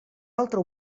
altre